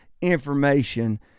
information